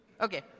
Okay